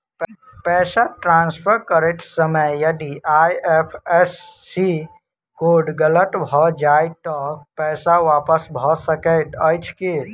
पैसा ट्रान्सफर करैत समय यदि आई.एफ.एस.सी कोड गलत भऽ जाय तऽ पैसा वापस भऽ सकैत अछि की?